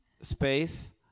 Space